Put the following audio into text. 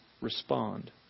respond